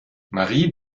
marie